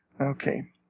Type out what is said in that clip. Okay